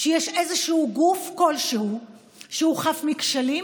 שיש איזשהו גוף שהוא חף מכשלים,